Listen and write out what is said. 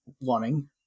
wanting